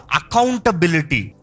accountability